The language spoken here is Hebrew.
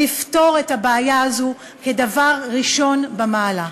לפתור את הבעיה הזאת כדבר ראשון במעלה.